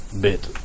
bit